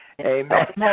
Amen